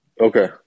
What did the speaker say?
Okay